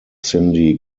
cindy